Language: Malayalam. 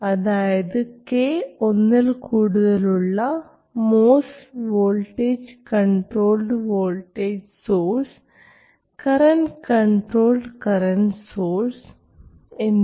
അതായത് k ഒന്നിൽ കൂടുതൽ ഉള്ള MOS voltage controlled voltage source current controlled current source എന്നിവ